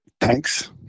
thanks